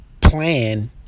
plan